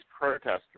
protesters